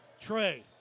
Trey